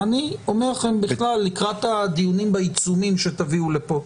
ואני אומר לכם לקראת הדיונים בעיצומים שתביאו לפה,